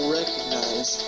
recognize